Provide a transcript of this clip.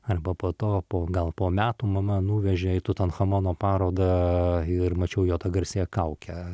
arba po to po gal po metų mama nuvežė į tutanchamono parodą ir mačiau jo garsiąją kaukę